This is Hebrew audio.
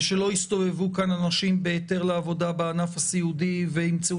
ושלא יסתובבו כאן אנשים בהיתר לעבודה בענף הסיעודי וימצאו